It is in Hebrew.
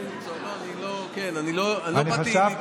אני לא באתי להתנצח.